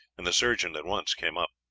and the surgeon at once came up.